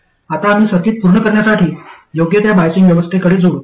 आता आम्ही सर्किट पूर्ण करण्यासाठी योग्य त्या बायजिंग व्यवस्थेमध्ये जोडू